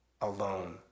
alone